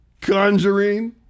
Conjuring